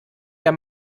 der